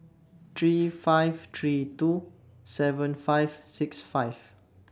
three five three two seven five six five